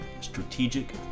Strategic